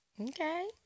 Okay